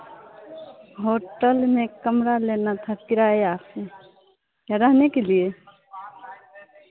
hotel में कमरा लेना था किराया रहने के लिए